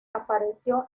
apareció